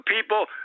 people